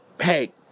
Hey